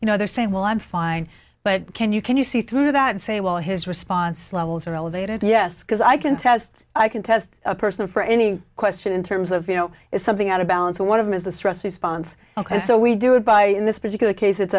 you know they're saying well i'm fine but can you can you see through that and say well his response levels are elevated yes because i can test i can test a person for any question in terms of you know is something out of balance and one of them is the stress response ok so we do it by in this particular case it's